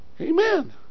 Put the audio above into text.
Amen